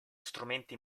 strumenti